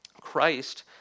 Christ